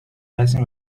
رسمی